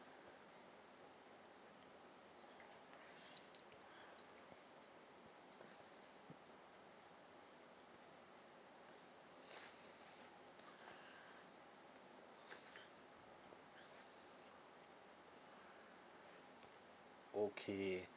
okay